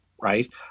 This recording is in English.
right